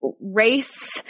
race